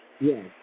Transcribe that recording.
Yes